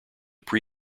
pre